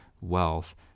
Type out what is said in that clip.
wealth